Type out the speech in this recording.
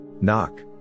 Knock